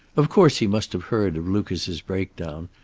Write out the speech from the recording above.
of course he must have heard of lucas's breakdown,